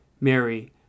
Mary